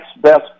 best